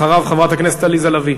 אחריו, חברת הכנסת עליזה לביא.